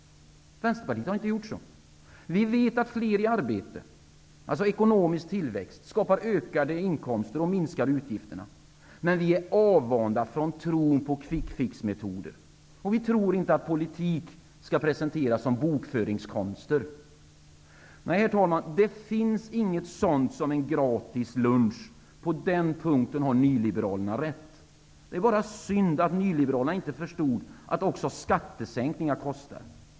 Vänsterpartiet har inte gjort så. Vi vet att fler i arbete, dvs. ekonomisk tillväxt, skapar ökade inkomster och minskar utgifterna. Men vi är avvanda från tron på ''kvick-fix''-metoder, och vi tror inte att politik skall presenteras som bokföringskonster. Nej, herr talman, det finns inget sådant som en gratis lunch. På den punkten har nyliberalerna rätt. Det är bara synd att nyliberalerna inte förstod att också skattesänkningar kostar.